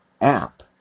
App